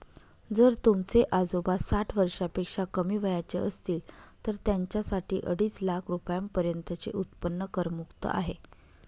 जर तुमचे आजोबा साठ वर्षापेक्षा कमी वयाचे असतील तर त्यांच्यासाठी अडीच लाख रुपयांपर्यंतचे उत्पन्न करमुक्त आहे